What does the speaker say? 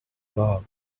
bar